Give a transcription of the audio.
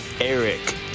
Eric